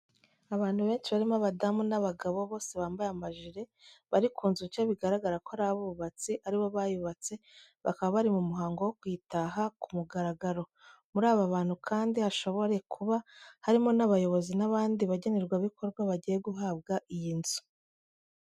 Abantu benshi barimo abadamu n'abagabo, bose bambaye amajire, bari ku nzu nshya bigaragara ko ari abubatsi, ari bo bayubatse, bakaba bari mu muhango wo kuyitaha ku mugaragaro, muri aba bantu kandi hashobore kuba harimo n'abayobozi n'abandi bagenerwabikorwa bagiye guhabwa iyi nzu.